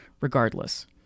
Regardless